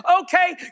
Okay